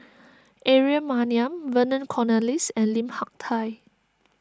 Aaron Maniam Vernon Cornelius and Lim Hak Tai